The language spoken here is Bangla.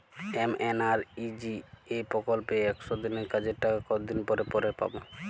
এম.এন.আর.ই.জি.এ প্রকল্পে একশ দিনের কাজের টাকা কতদিন পরে পরে পাব?